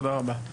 תודה רבה.